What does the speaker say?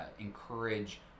encourage